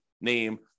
name